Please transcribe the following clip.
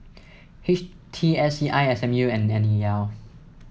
H T S C I S M U and N E L